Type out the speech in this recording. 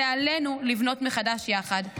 זה עלינו לבנות מחדש יחד.